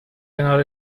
کنار